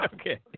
Okay